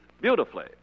beautifully